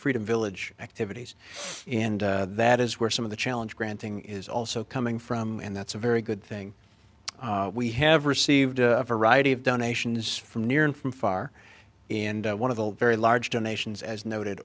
freedom village activities and that is where some of the challenge granting is also coming from and that's a very good thing we have received a variety of donations from near and from far and one of the very large donations as noted